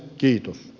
kiitos